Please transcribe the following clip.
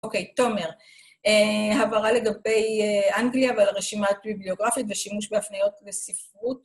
‫אוקיי, תומר. ‫הבהרה לגבי אנגליה ועל רשימת ‫ביבליוגרפיות ושימוש בהפניות וספרות.